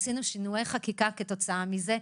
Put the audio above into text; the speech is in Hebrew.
עשינו שינויי חקיקה כתוצאה מזה,